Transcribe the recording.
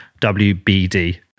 WBD